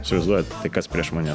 įsivaiūduojat tai kas prieš mane